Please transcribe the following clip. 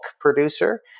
producer